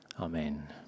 Amen